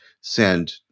send